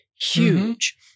huge